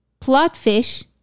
Plotfish